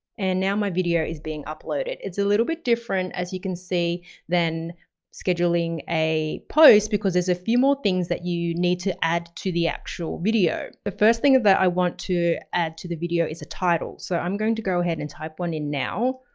and now, my video is being uploaded. it's a little bit different as you can see than scheduling a post because there's a few more things that you need to add to the actual video. the first thing that i want to add to the video is a title. so i'm going to go ahead and type one in now.